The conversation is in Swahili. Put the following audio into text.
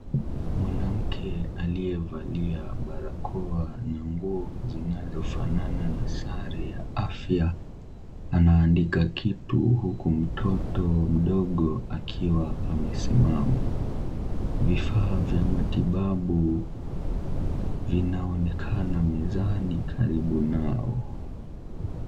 Mwanamke aliye valia barakoa na nguo zinazofanana na sare ya afya, anaandika kitu huku mtoto mdogo akiwa amesimama. Vifaa vya matibabu vinaonekana mezani karibu nao.